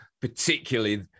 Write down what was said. particularly